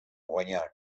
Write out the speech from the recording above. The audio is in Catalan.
guanyar